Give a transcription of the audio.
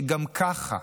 שגם ככה